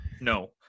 No